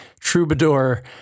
troubadour